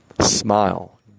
Smile